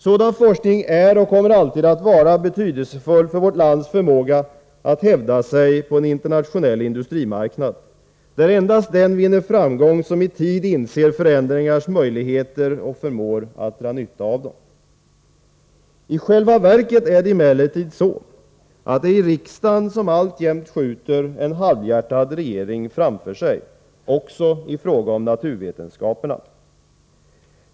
Sådan forskning är och kommer alltid att vara betydelsefull för vårt lands förmåga att hävda sig på en internationell industrimarknad, där endast den vinner framgång som i tid inser förändringarnas möjligheter och förmår att dra nytta av dem. I själva verket är det emellertid så att det är riksdagen som alltjämt skjuter en halvhjärtad regering framför sig, även i fråga om naturvetenskaperna.